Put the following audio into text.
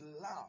love